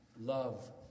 love